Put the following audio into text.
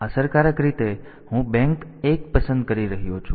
તેથી અસરકારક રીતે હું બેંક 1 પસંદ કરી રહ્યો છું